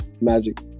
magic